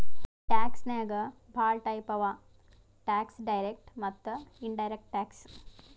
tax ನಾಗ್ ಭಾಳ type ಅವಾ ಟ್ಯಾಕ್ಸ್ ಡೈರೆಕ್ಟ್ ಮತ್ತ ಇನಡೈರೆಕ್ಟ್ ಟ್ಯಾಕ್ಸ್